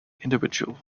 individual